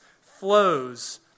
flows